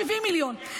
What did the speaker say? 70 מיליון,